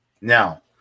now